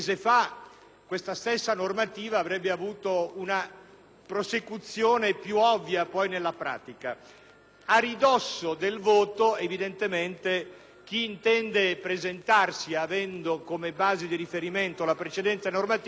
A ridosso del voto, evidentemente, chi intende presentarsi, avendo come base di riferimento la precedente normativa, non ha più il tempo tecnico per potersi attrezzare e raccogliere le firme dovute.